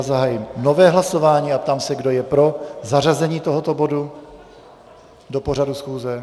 Zahájím nové hlasování a ptám se, kdo je pro zařazení tohoto bodu do pořadu schůze.